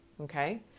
Okay